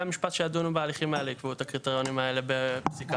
המשפט שידונו בהליכים האלה יקבעו את הקריטריונים האלה בפסיקה.